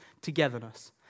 togetherness